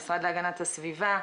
המשרד להגנת הסביבה,